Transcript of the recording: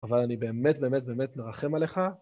אבל אני באמת באמת באמת מרחם עליך